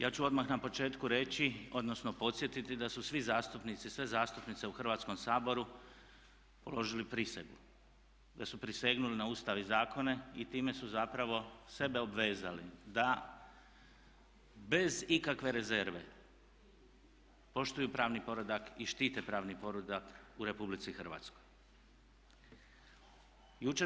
Ja ću odmah na početku reći odnosno podsjetiti da su svi zastupnici, sve zastupnice u Hrvatskom saboru položili prisegu, da su prisegnuli na Ustav i zakone i time su zapravo sebe obvezali da bez ikakve rezerve poštuju pravni poredak i štite pravni poredak u Republici Hrvatskoj.